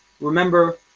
remember